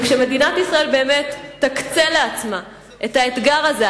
כשמדינת ישראל באמת תציב לעצמה את האתגר הזה,